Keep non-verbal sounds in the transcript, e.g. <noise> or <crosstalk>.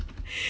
<laughs>